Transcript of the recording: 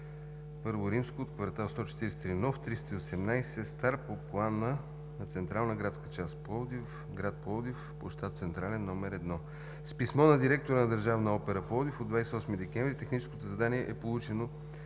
имот I от квартал 143 нов, 318 стар, по плана на Централна градска част Пловдив, град Пловдив, площад „Централен“ № 1. С писмо на директора на Държавната опера – Пловдив, от 28 декември 2017 г. техническото задание е получено